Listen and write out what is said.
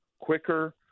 quicker